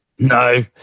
no